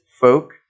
folk